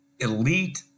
Elite